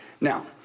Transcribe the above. Now